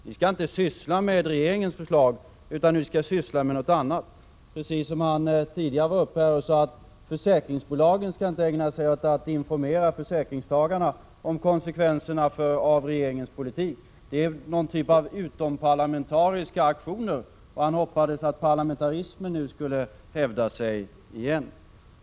Vi skall inte syssla med regeringens förslag, utan vi skall syssla med någonting annat, precis som han tidigare sade här att försäkringsbolagen inte skall ägna sig åt att informera försäkringstagarna om konsekvenserna av regeringens politik. Det är utomparlamentariska aktioner, och han hoppades att parlamentarismen nu skulle hävda sig igen.